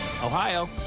Ohio